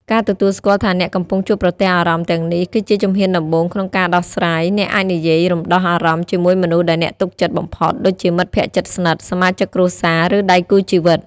ការទទួលស្គាល់ថាអ្នកកំពុងជួបប្រទះអារម្មណ៍ទាំងនេះ គឺជាជំហានដំបូងក្នុងការដោះស្រាយ អ្នកអាចនិយាយរំដោះអារម្មណ៍ជាមួយមនុស្សដែលអ្នកទុកចិត្តបំផុត ដូចជាមិត្តភក្តិជិតស្និទ្ធ សមាជិកគ្រួសារ ឬដៃគូជីវិត។